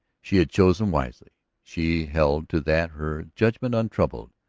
she had chosen wisely she held to that, her judgment untroubled.